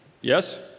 Yes